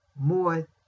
more